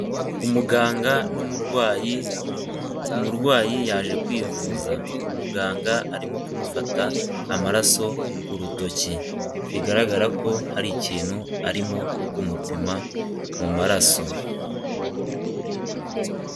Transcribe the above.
Umuganga n'umurwayi umurwayi yaje kwivuza umuganga arimo kumufata amaraso ku rutoki bigaragara ko hari ikintu arimo kumupima mu mararaso.